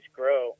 grow